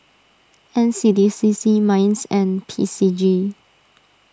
N C D C C Minds and P C G